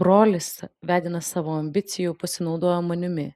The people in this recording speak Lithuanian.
brolis vedinas savo ambicijų pasinaudojo manimi